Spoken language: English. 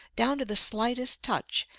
down to the slightest touch,